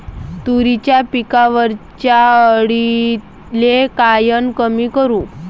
तुरीच्या पिकावरच्या अळीले कायनं कमी करू?